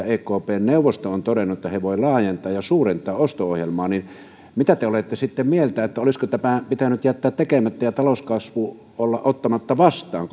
ekpn neuvosto on todennut että he voivat laajentaa ja suurentaa osto ohjelmaa niin mitä te olette sitten mieltä olisiko tämä pitänyt jättää tekemättä ja olla ottamatta talouskasvu vastaan